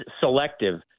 selective